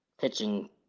pitching